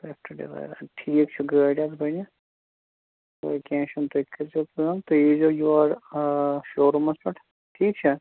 swift ڈِزایَرا ٹھیٖک چھُ گٲڑۍ حظ بَنہِ کیٚنٛہہ چھُنہٕ تُہۍ کٔرۍ زیٚو کٲم تُہۍ یی زَیٚو یور شُوروٗمَس پٮ۪ٹھ ٹھیٖک چھا